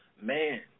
Man